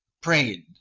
prayed